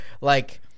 Like-